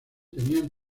tenían